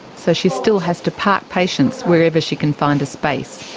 so she still has to park patients wherever she can find a space.